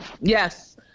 yes